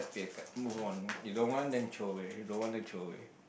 let's pick a card move on you don't want then throw away you don't want to throw away